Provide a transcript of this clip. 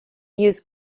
use